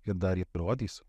ir dar įrodysiu